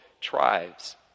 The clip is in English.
tribes